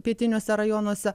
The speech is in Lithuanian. pietiniuose rajonuose